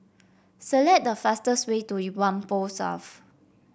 select the fastest way to Whampoa South